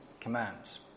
Commands